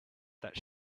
that